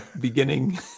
beginning